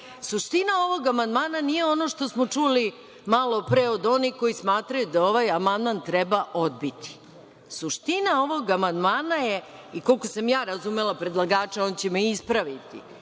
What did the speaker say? ovog amandman nije ono što smo čuli malo pre od onih koji smatraju da ovaj amandman treba odbiti. Suština ovog amandmana je i koliko sam ja razumela predlagača, on će me ispraviti,